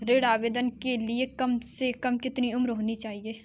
ऋण आवेदन के लिए कम से कम कितनी उम्र होनी चाहिए?